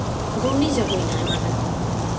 ᱜᱷᱩᱨᱱᱤᱡᱷᱚᱲ ᱦᱩᱭᱱᱟ ᱟᱭᱢᱟ ᱜᱟᱱ